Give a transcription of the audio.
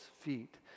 feet